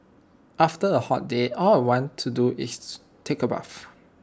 after A hot day all I want to do is to take A bath